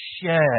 share